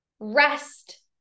Rest